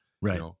Right